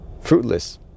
fruitless